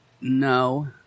No